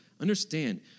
understand